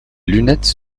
lunettes